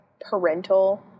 parental